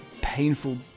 painful